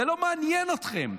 זה לא מעניין אתכם.